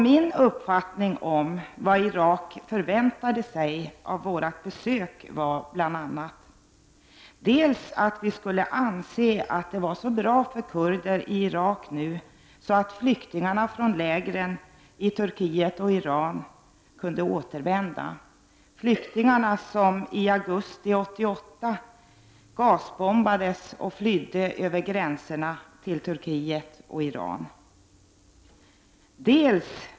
Min uppfattning om vad Irak förväntade sig av vårt besök var bl.a. att vi skulle anse det nu vara så bra för kurder i Irak att flyktingarna från lägren i Turkiet och Iran kunde återvända, dvs. de flyktingar som i augusti 1988 gasbombades och flydde över gränserna till Turkiet och Iran.